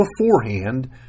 beforehand